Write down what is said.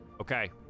Okay